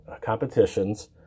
competitions